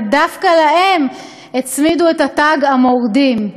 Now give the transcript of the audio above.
דווקא להם הצמידו את התג "המורדים".